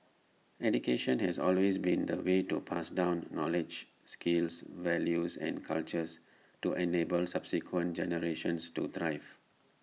education has always been the way to pass down knowledge skills values and culture to enable subsequent generations to thrive